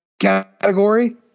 category